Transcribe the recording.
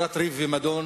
מיצירת ריב ומדון